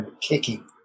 kicking